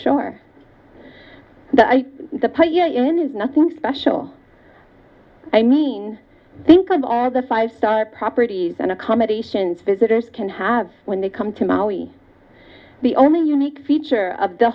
suppose yeah it is nothing special i mean think of all the five star properties and accommodations visitors can have when they come to maui the only unique feature of the